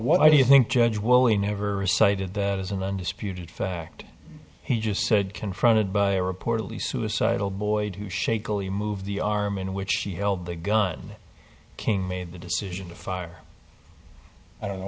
what i do you think judge will he never cited that as an undisputed fact he just said confronted by a reportedly suicidal boy who shakily move the arm in which he held the gun king made the decision to fire i don't know